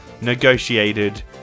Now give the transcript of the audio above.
negotiated